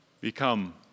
become